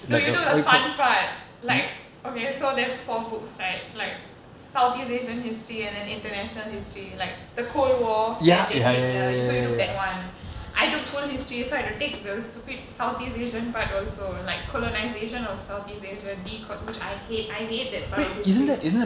dude you took the fun part like okay so there's four books right like south east asian history and then international history like the cold war stalin hitler so you took that one I took full history so I had to take the stupid south east asian part also like colonization of south east asia decol~ which I hate I hate that part of history